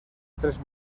tres